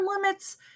limits